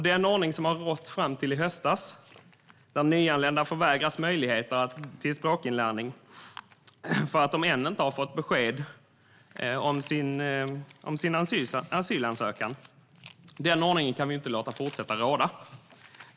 Den ordning som har rått fram till i höstas, där nyanlända förvägrats möjligheter till språkinlärning för att de ännu inte fått besked om sin asylansökan, kan vi inte låta fortsätta råda.